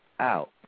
out